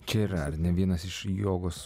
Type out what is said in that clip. čia yra ar ne vienas iš jogos